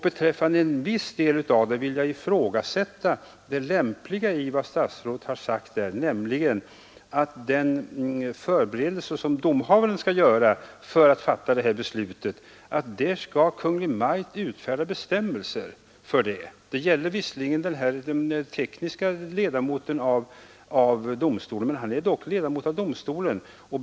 Beträffande en viss del vill jag ifrågasätta det lämpliga i vad statsrå et uttalat i detta sammanhang, nämligen att avsikten är att regeringen skall utfärda bestämmelser för hur domhavanden skall förbereda utredningsbeslut. Det gäller visserligen den tekniske ledamoten av domstolen, men han är dock ledamot av domstolen.